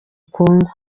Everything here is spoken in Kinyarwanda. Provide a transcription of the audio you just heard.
congo